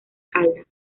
caldas